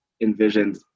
envisioned